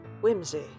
whimsy